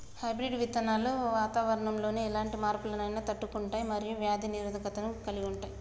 hybrid విత్తనాలు వాతావరణంలోని ఎలాంటి మార్పులనైనా తట్టుకుంటయ్ మరియు వ్యాధి నిరోధకతను కలిగుంటయ్